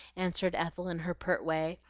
answered ethel, in her pert way,